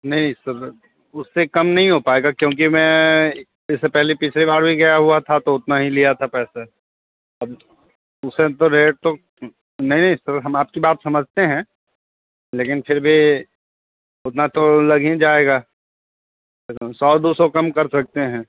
नहीं सर उससे कम नहीं हो पाएगा क्योंकि मैं इससे पहले पिछले बार भी गया हुआ था तो उतना ही लिया था पैसा अब उस टाइम तो रेट तो नहीं सर हम आपकी बात समझतें हैं लेकिन फिर भी उतना तो लग हीं जाएगा सौ दो सौ कम कर सकते हैं